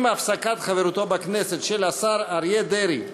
עם הפסקת חברותו בכנסת של השר אריה דרעי,